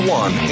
one